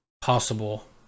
possible